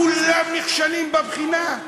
כולן נכשלות בבחינה?